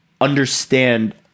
understand